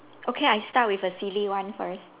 okay I start with a silly one first